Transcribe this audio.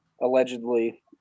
allegedly